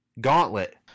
gauntlet